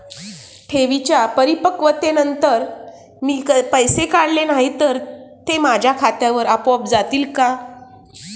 ठेवींच्या परिपक्वतेनंतर मी पैसे काढले नाही तर ते माझ्या खात्यावर आपोआप जातील का?